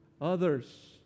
others